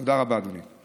תודה רבה, אדוני.